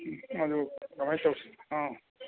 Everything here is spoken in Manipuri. ꯑꯗꯨ ꯀꯃꯥꯏ ꯇꯧꯁꯤ